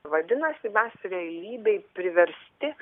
vadinasi mes realybėj priversti